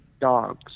dogs